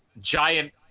giant